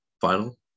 final